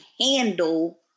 handle